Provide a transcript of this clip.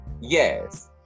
Yes